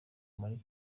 muri